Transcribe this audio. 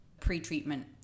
pre-treatment